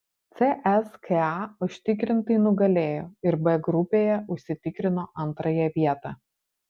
cska užtikrintai nugalėjo ir b grupėje užsitikrino antrąją vietą